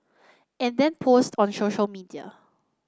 and then post on social media